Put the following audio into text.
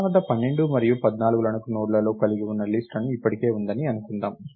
నా వద్ద 12 మరియు 14 లను నోడ్ లో కలిగి ఉన్న లిస్ట్ ఇప్పటికే ఉందని అనుకుందాం